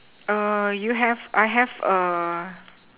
you have I have